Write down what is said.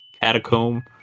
catacomb